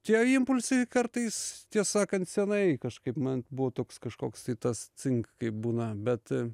čia impulsai kartais tiesą sakant senai kažkaip man buvo toks kažkoks tai tas cingt kaip būna bet